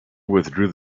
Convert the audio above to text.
withdrew